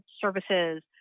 services